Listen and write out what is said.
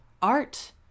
Art